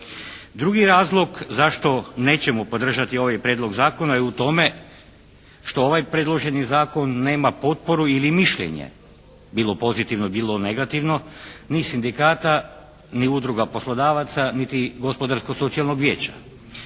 Drugi razlog zašto nećemo podržati ovaj prijedlog zakona je u tome što ovaj predloženi zakon nema potporu ili mišljenje, bilo pozitivno bilo negativno, ni sindikata, ni Udruga poslodavaca, niti Gospodarskog socijalnog vijeća,